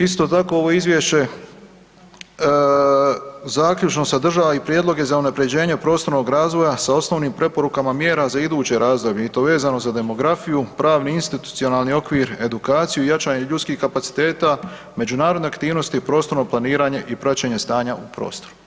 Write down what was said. Isto tako ovo izvješće zaključno sadržava i prijedloge za unapređenje prostornog razvoja sa osnovnim preporukama mjera za iduće razdoblje i to vezano za demografiju, pravni i institucionalni okvir, edukaciju i jačanje ljudskih kapaciteta, međunarodne aktivnosti u prostorno planiranje i praćenje stanja u prostoru.